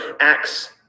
acts